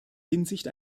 hinsicht